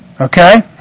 okay